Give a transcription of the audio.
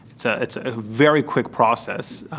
so it's a very quick process,